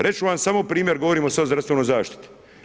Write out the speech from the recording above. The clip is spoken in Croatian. Reći ću vam samo primjer, govorim sada o zdravstvenoj zaštiti.